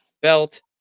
belt